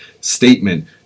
statement